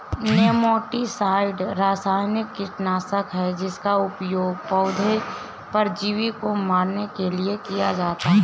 nematicide रासायनिक कीटनाशक है जिसका उपयोग पौधे परजीवी को मारने के लिए किया जाता है